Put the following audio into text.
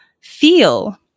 feel